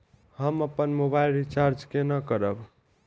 हम अपन mobile recharge केना करब?